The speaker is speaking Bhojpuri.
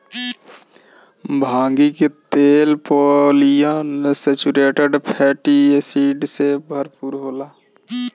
भांगी के तेल पालियन सैचुरेटेड फैटी एसिड से भरपूर रहेला